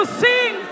sing